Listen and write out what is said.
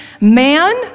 man